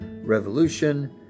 Revolution